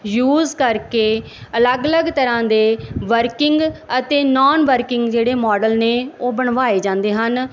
use ਕਰਕੇ ਅਲੱਗ ਅਲੱਗ ਤਰ੍ਹਾਂ ਦੇ ਵਰਕਿੰਗ ਅਤੇ ਨੋਨ ਵਰਕਿੰਗ ਜਿਹੜੇ ਮਾਡਲ ਨੇ ਉਹ ਬਣਵਾਏ ਜਾਂਦੇ ਹਨ